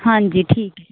ਹਾਂਜੀ ਠੀਕ ਐ ਜੀ